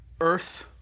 earth